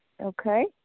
Okay